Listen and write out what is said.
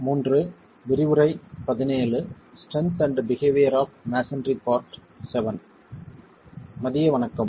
மதிய வணக்கம்